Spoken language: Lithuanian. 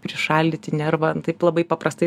prišaldyti nervą taip labai paprastai